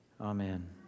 Amen